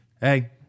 hey